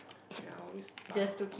ya I always